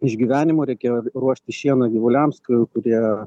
išgyvenimu reikėjo ruošti šieną gyvuliams kurie